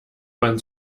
man